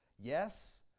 Yes